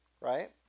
right